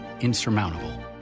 insurmountable